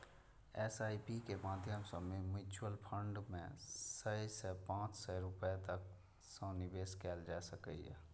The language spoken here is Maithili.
एस.आई.पी के माध्यम सं म्यूचुअल फंड मे सय सं पांच सय रुपैया तक सं निवेश कैल जा सकैए